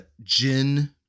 gin